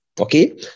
Okay